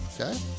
Okay